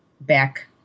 back